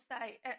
say